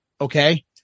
okay